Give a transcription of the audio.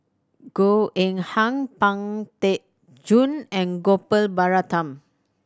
Goh Eng Han Pang Teck Joon and Gopal Baratham